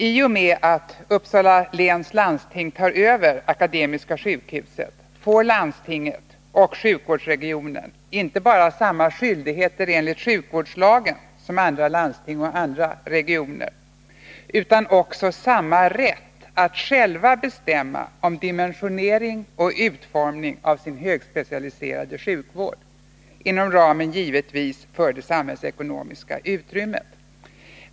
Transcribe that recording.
I och med att Uppsala läns landsting tar över Akademiska sjukhuset får landstinget och sjukvårdsregionen inte bara samma skyldigheter enligt sjukvårdslagen som andra landsting och sjukvårdsregioner utan också samma rätt att själva bestämma om dimensionering och utformning av sin högspecialiserade sjukvård, givetvis inom ramen för det samhällsekonomiska utrymmet.